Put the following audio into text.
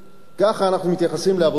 ככה אנחנו מתייחסים לעבודות?